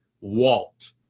Walt